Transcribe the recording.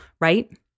Right